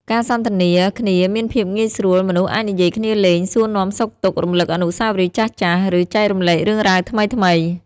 ការសន្ទនាគ្នាមានភាពងាយស្រួល មនុស្សអាចនិយាយគ្នាលេង សួរនាំសុខទុក្ខ រំលឹកអនុស្សាវរីយ៍ចាស់ៗ ឬចែករំលែករឿងរ៉ាវថ្មីៗ។